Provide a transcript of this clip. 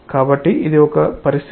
కాబట్టి ఇది ఒక పరిస్థితి